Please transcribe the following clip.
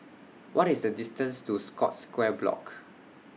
What IS The distance to Scotts Square Block